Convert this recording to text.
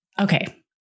Okay